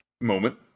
moment